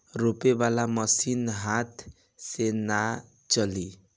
रोपे वाला मशीन हाथ से ना चली